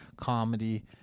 comedy